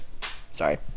Sorry